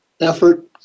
effort